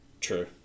True